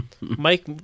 Mike